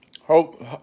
Hope